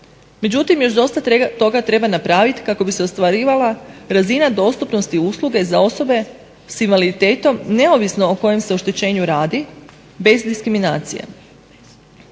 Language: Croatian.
Međutim, još dosta toga treba napraviti kako bi se ostvarivala razina dostupnosti usluge za osobe s invaliditetom neovisno o kojem se oštećenju radi bez diskriminacije.